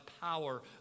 power